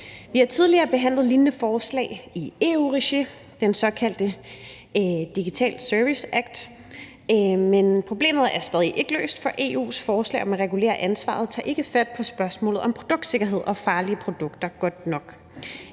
Vi har tidligere behandlet lignende forslag i EU-regi: den såkaldte Digital Services Act. Men problemet er stadig ikke løst, for EU's forslag om at regulere ansvaret tager ikke fat på spørgsmålet om produktsikkerhed og farlige produkter godt nok.